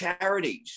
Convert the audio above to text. charities